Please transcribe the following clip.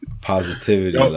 Positivity